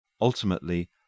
Ultimately